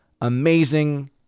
amazing